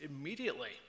immediately